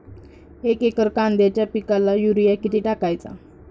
एक एकर कांद्याच्या पिकाला युरिया किती टाकायचा?